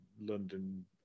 London